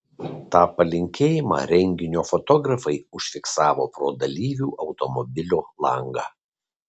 tą palinkėjimą renginio fotografai užfiksavo pro dalyvių automobilio langą